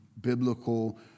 biblical